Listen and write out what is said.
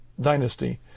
dynasty